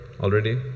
already